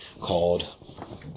called